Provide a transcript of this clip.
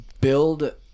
Build